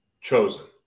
chosen